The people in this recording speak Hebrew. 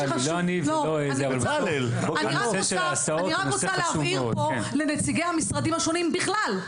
אני רק רוצה להבהיר פה לנציגי המשרדים השונים בכלל: